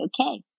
okay